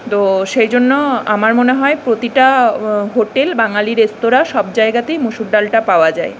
তো সেই জন্য আমার মনে হয় প্রতিটা হোটেল বাঙালি রেস্তরাঁ সব জায়গাতেই মুসুর ডালটা পাওয়া যায়